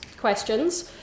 questions